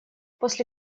после